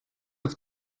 auf